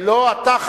לא אתה,